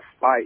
fight